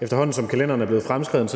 efterhånden er så fremskreden,